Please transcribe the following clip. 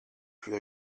plus